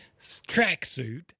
tracksuit